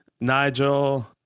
Nigel